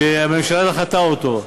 שהממשלה דחתה אותו.